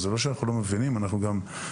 אדוני,